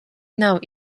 nav